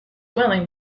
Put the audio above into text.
willing